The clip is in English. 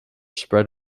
spread